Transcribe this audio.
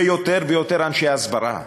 ויותר ויותר אנשי הסברה?